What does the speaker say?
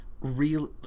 real